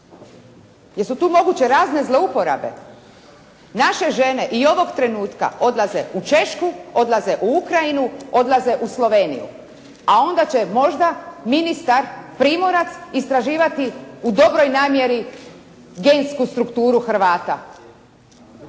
Jesu tu moguće razne zlouporabe. Naše žene i ovog trenutka odlaze u Češku, odlaze u Ukrajinu, odlaze u Sloveniju, a onda će možda ministar Primorac istraživati u dobroj namjeri gensku strukturu Hrvata.